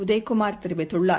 உதயகுமார் தெரிவித்துள்ளார்